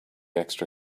extra